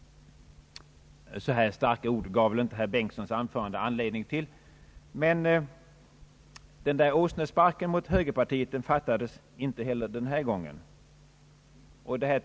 Så här starka ord gav kanske herr Bengtsons yttrande i och för sig inte anledning till, men åsnesparken mot högerpartiet fattades inte heller denna gång.